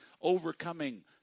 overcoming